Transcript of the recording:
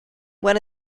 one